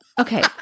Okay